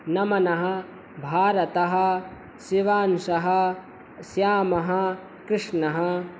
नमनः भारतः शिवांशः श्यामः कृष्णः